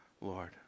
Lord